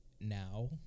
Now